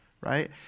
right